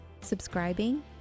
subscribing